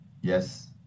Yes